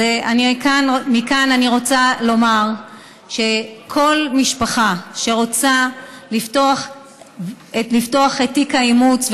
מכאן אני רוצה לומר שכל משפחה שרוצה לפתוח את תיק האימוץ,